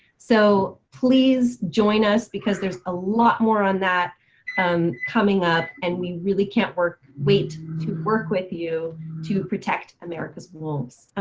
so please join us because there's a lot more on that and coming up and we really can't wait to work with you to protect america wolves.